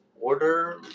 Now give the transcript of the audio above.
Order